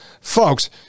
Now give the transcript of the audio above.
folks